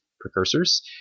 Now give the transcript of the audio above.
precursors